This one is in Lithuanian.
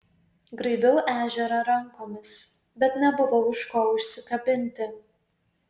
graibiau ežerą rankomis bet nebuvo už ko užsikabinti